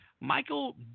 Michael